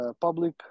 public